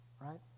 Right